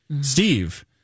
Steve